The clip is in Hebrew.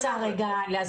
אז אני רוצה רגע להסביר.